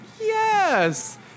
yes